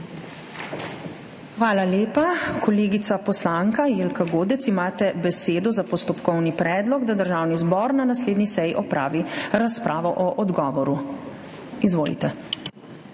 Hvala lepa. Kolega Zvone Černač, imate besedo za postopkovni predlog, da Državni zbor na naslednji seji opravi razpravo o odgovoru. Izvolite.